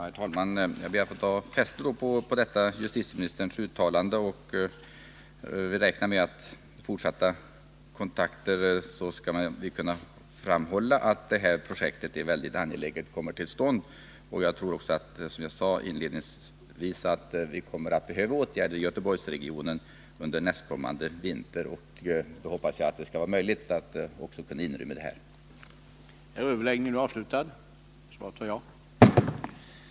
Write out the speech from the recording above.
Herr talman! Jag tar fasta på detta justitieministerns uttalande och räknar med att han vid fortsatta kontakter skall framhålla att det är väldigt angeläget att det här projektet kommer till stånd. Som jag sade inledningsvis tror jag också att det kommer att behöva vidtagas åtgärder i Göteborgsregionen under nästkommande vinter, och jag hoppas att det då skall bli möjligt att däri inrymma också detta bygge.